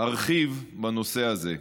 ארחיב בנושא זה.